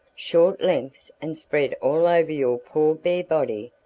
short lengths, and spread all over your poor bare body.